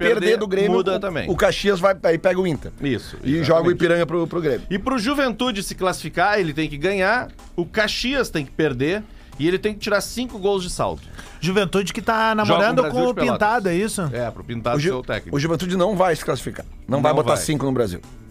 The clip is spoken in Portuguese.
Perder perder do Grêmio, muda também. o Caxias vai- aí pega o Inter. Isso, E joga o exatamente. Ipiranga pro- pro Grêmio. E pro Juventude se classificar, ele tem que ganhar, o Caxias tem que perder, e ele tem que tirar cinco gols de saldo. Juventude que tá Joga namorando com o Brasil com o de Pintado, Pelotas. é isso? É, pro Pintado O Ju- ser o técnico. o Juventude não vai se classificar. Não vai Não botar vai. cinco no Brasil.